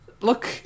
Look